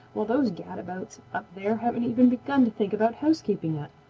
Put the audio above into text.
while those gadabouts up there haven't even begun to think about housekeeping yet.